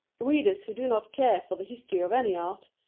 readers who do not care for the history of any art,